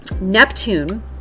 neptune